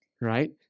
right